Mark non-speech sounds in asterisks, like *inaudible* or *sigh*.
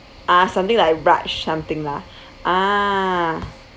ah something like Raj something lah *breath* ah